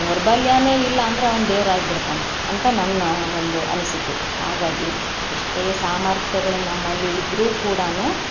ದೌರ್ಬಲ್ಯನೇ ಇಲ್ಲ ಅಂದ್ರೆ ಅವ್ನು ದೇವ್ರು ಆಗ್ಬಿಡ್ತಾನೆ ಅಂತ ನನ್ನ ಒಂದು ಅನಿಸಿಕೆ ಹಾಗಾಗಿ ಎಷ್ಟೇ ಸಾಮರ್ಥ್ಯಗಳು ನಮ್ಮಲ್ಲಿ ಇದ್ದರೂ ಕೂಡಾ